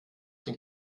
den